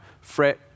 fret